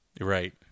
Right